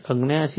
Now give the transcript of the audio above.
તેથી 0